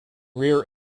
rear